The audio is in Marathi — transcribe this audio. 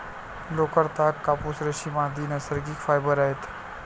लोकर, ताग, कापूस, रेशीम, आदि नैसर्गिक फायबर आहेत